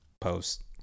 post